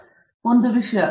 ಆದ್ದರಿಂದ ಅದು ಒಂದು ವಿಷಯ